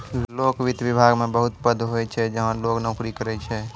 लोक वित्त विभाग मे बहुत पद होय छै जहां लोग नोकरी करै छै